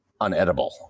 unedible